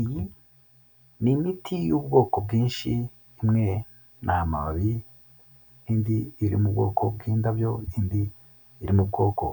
Iyi ni imiti y'ubwoko bwinshi, imwe ni amababi, indi iri mu bwoko bw'indabyo, indi iri mu bwoko